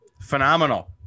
Phenomenal